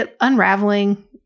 unraveling